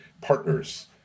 partners